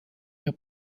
der